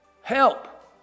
help